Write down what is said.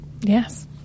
Yes